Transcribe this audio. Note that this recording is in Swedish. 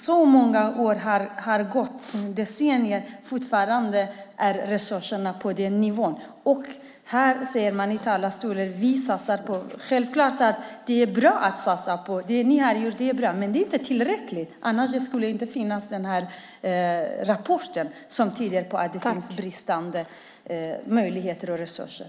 Så många år har gått, ett decennium, och fortfarande är resurserna på den nivån. Så påstår man här i talarstolen att man satsar. Visst, de satsningar ni har gjort är bra men de är inte tillräckliga. I så fall skulle det inte komma någon sådan rapport om bristande möjligheter och resurser.